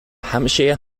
hampshire